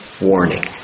warning